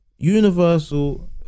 Universal